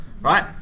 right